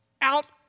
out